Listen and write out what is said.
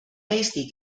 eesti